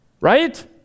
right